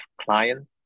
client